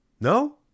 No